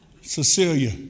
Cecilia